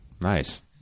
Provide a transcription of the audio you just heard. Nice